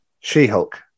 She-Hulk